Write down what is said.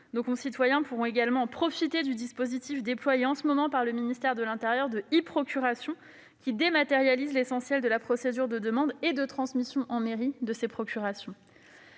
nos concitoyens pourront également profiter du dispositif déployé en ce moment par le ministère de l'intérieur dénommé e-procuration, qui dématérialise l'essentiel de la procédure de demande et de transmission en mairie de ces procurations.